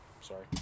Sorry